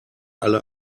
alle